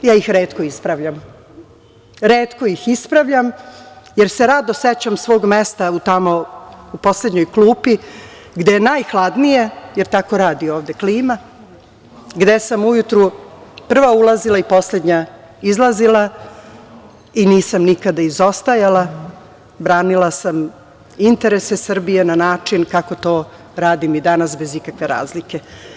Ja ih retko ispravljam, retko ih ispravljam jer se rado sećam svog mesta u poslednjoj klupi, gde je najhladnije, jer tako radi ovde klima, gde sam ujutru prva ulazila i poslednja izlazila i nisam nikada izostajala, branila sam interese Srbije na način kako to radim i danas bez ikakve razlike.